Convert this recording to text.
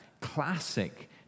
classic